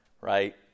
right